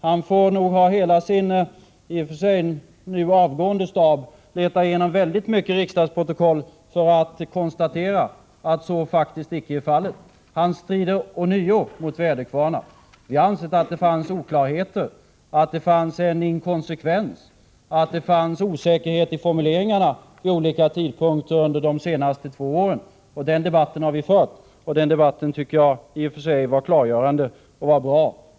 Han får nog ha hela sin — i och för sig just nu avgående — stab att leta igenom väldigt mycket riksdagsprotokoll för att konstatera att så faktiskt icke är fallet. Han strider ånyo mot väderkvarnar. Vi har ansett att det fanns oklarheter, att det fanns en inkonsekvens, att det fanns osäkerhet i formuleringar vid olika tidpunkter under de senaste två åren. Den debatten har vi fört, och den tycker jag också i och för sig var klargörande och bra.